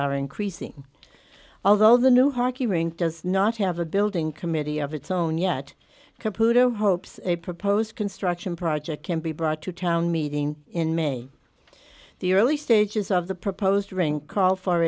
are increasing although the new hockey rink does not have a building committee of its own yet computer hopes a proposed construction project can be brought to a town meeting in may the early stages of the proposed during call for